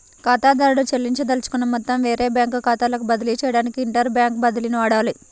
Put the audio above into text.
ఖాతాదారుడు చెల్లించదలుచుకున్న మొత్తం వేరే బ్యాంకు ఖాతాలోకి బదిలీ చేయడానికి ఇంటర్ బ్యాంక్ బదిలీని వాడాలి